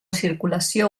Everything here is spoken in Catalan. circulació